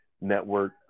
Network